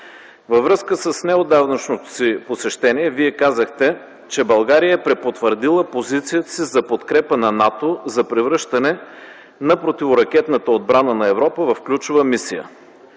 Във връзка с неотдавнашното си посещение Вие казахте, че България е препотвърдила позицията си за подкрепа на НАТО за превръщане на противоракетната отбрана на Европа в ключова мисия.